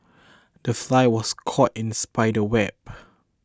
the fly was caught in the spider's web